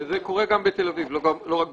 זה קורה גם בתל אביב ולא רק בירושלים.